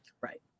Right